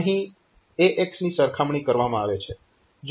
અહીં AX ની સરખામણી કરવામાં આવે છે